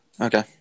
Okay